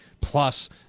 plus